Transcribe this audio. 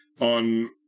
on